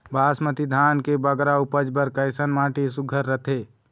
बासमती धान के बगरा उपज बर कैसन माटी सुघ्घर रथे?